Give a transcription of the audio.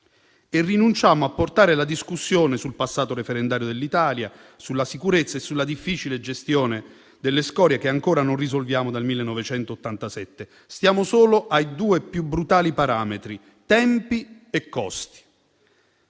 e rinunciamo a portare la discussione sul passato referendario dell'Italia, sulla sicurezza e sulla difficile gestione delle scorie che ancora non risolviamo dal 1987. Stiamo solo ai due più brutali parametri: tempi e costi.